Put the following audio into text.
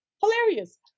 hilarious